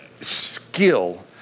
skill